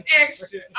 extra